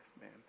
man